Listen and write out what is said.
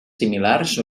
similars